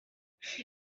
ich